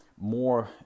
more